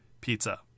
pizza